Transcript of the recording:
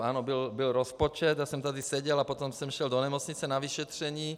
Ano, byl rozpočet, já jsem tady seděl a potom jsem šel do nemocnice na vyšetření.